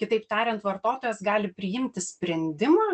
kitaip tariant vartotojas gali priimti sprendimą